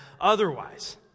otherwise